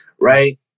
Right